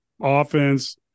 offense